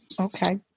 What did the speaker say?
Okay